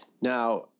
Now